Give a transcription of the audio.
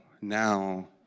now